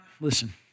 listen